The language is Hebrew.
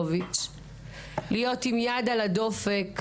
להיות עם יד על הדופק,